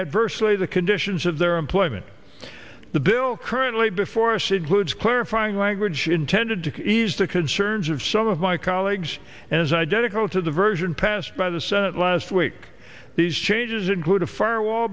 adversely the conditions of their employment the bill currently before sid ludes clarifying language intended to ease the concerns of some of my colleagues and is identical to the version passed by the senate last week these changes include a firewall